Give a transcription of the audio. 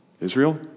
Israel